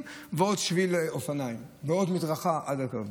ועוד שביל אופניים ועוד מדרכה עד הקו.